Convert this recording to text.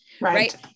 right